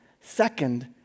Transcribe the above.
second